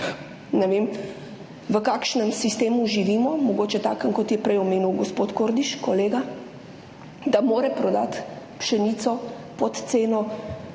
ne vem, v kakšnem sistemu živimo, mogoče takem, kot je prej omenil kolega gospod Kordiš, da mora prodati pšenico pod ceno.